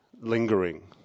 lingering